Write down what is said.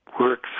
works